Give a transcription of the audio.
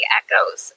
echoes